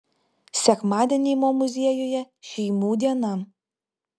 sekmadieniai mo muziejuje šeimų diena